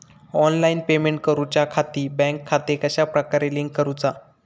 Online payment करुच्याखाती bank खाते कश्या प्रकारे लिंक करुचा?